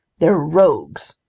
they're rogues!